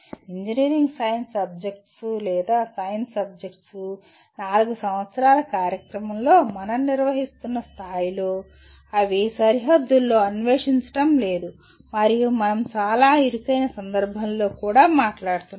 engineering science సబ్జెక్టులు లేదా science సబ్జెక్టులు 4 సంవత్సరాల కార్యక్రమంలో మనం నిర్వహిస్తున్న స్థాయిలో అవి సరిహద్దుల్లో అన్వేషించటం లేదు మరియు మనం చాలా ఇరుకైన సందర్భంలో కూడా మాట్లాడుతున్నాము